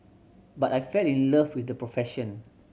but I fell in love with the profession